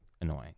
annoying